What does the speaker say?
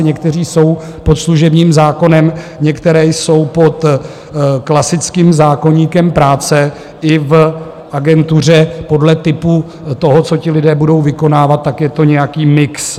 Někteří jsou pod služebním zákonem, někteří jsou pod klasickým zákoníkem práce i v agentuře podle typu toho, co ti lidé budou vykonávat, tak je to nějaký mix.